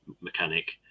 mechanic